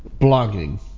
blogging